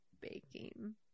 baking